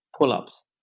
pull-ups